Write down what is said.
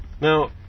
now